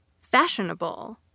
fashionable